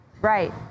Right